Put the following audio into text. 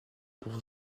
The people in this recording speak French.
pour